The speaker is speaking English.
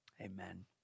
amen